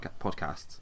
podcasts